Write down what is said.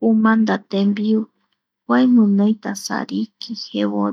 Kumanda tembiu kua guinoita sariki, jevoya